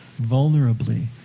vulnerably